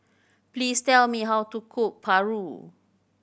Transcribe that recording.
please tell me how to cook paru